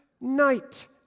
night